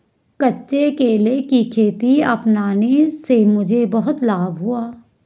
कच्चे केले की खेती अपनाने से मुझे बहुत लाभ हुआ है